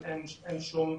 מצוין.